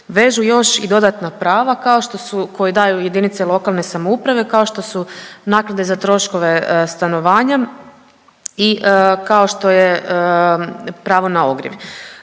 vežu još i dodatna prava kao što su, koje daju jedinice lokalne samouprave kao što su naknade za troškove stanovanja i kao što je pravo na ogrjev.